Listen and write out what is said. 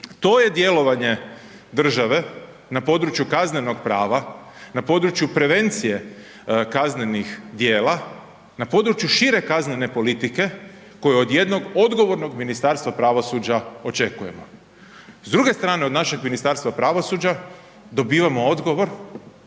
To je djelovanje države na području kaznenog prava, na području prevencije kaznenih djela, na području šire kaznene politike koje od jednog odgovornog Ministarstva pravosuđa očekujemo. S druge strane od našeg Ministarstva pravosuđa dobivamo odgovor